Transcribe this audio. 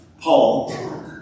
Paul